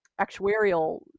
actuarial